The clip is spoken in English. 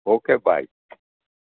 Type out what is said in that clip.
okay bye